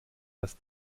dass